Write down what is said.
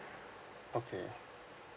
okay